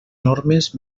normes